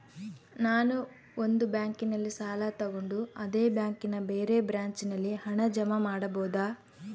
ನಾನು ಒಂದು ಬ್ಯಾಂಕಿನಲ್ಲಿ ಸಾಲ ತಗೊಂಡು ಅದೇ ಬ್ಯಾಂಕಿನ ಬೇರೆ ಬ್ರಾಂಚಿನಲ್ಲಿ ಹಣ ಜಮಾ ಮಾಡಬೋದ?